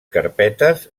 carpetes